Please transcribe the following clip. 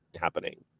happening